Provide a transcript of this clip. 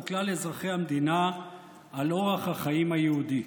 כלל אזרחי המדינה על אורח החיים היהודי,